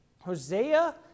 Hosea